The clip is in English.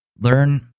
learn